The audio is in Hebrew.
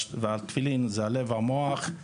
והתפילין זה הלב והמוח,